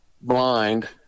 blind